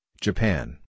Japan